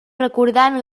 recordant